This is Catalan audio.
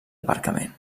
aparcament